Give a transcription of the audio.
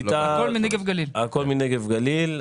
הכול מנגב גליל,